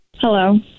Hello